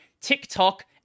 TikTok